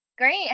great